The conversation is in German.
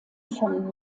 von